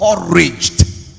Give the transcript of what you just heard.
encouraged